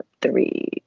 three